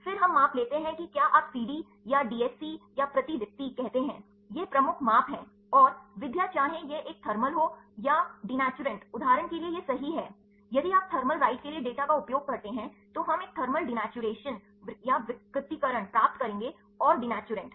फिर हम माप लेते हैं कि क्या आप सीडी या डीएससी या प्रतिदीप्ति कहते हैं ये प्रमुख माप हैं और विधियाँ चाहे यह एक थर्मल हो या डिनब्यूटेंट उदाहरण के लिए यह सही है यदि आप थर्मल राइट के लिए डेटा का उपयोग करते हैं तो हम एक थर्मल दिनैचुरैशनविकृतीकरण प्राप्त करेंगे और दिनैचुरैंट